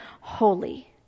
holy